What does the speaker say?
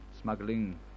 Smuggling